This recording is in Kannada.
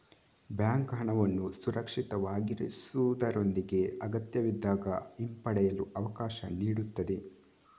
ಬ್ಯಾಂಕ್ ಹಣವನ್ನು ಸುರಕ್ಷಿತವಾಗಿರಿಸುವುದರೊಂದಿಗೆ ಅಗತ್ಯವಿದ್ದಾಗ ಹಿಂಪಡೆಯಲು ಅವಕಾಶ ನೀಡುತ್ತದೆ